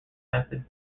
method